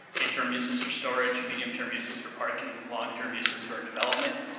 interim uses for storage, medium-term uses for parking, long-term uses for development.